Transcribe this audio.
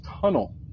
tunnel